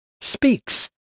speaks